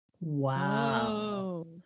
Wow